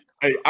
Hey